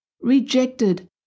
rejected